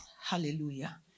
Hallelujah